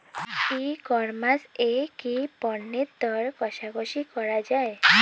ই commerce এ কি পণ্যের দর কশাকশি করা য়ায়?